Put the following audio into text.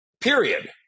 Period